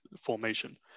formation